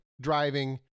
driving